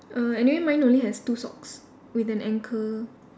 err anyway mine only have two socks with an anchor